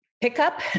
pickup